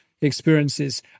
experiences